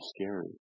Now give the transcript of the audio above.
scary